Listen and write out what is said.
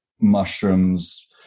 mushrooms